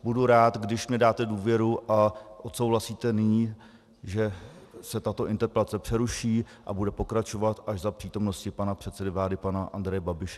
Budu rád, když mi dáte důvěru a odsouhlasíte nyní, že se tato interpelace přeruší a bude pokračovat až za přítomnosti pana předsedy vlády pana Andreje Babiše.